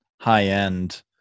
high-end